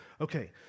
Okay